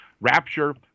rapture